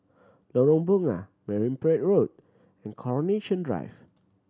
Lorong Bunga Marine Parade Road and Coronation Drive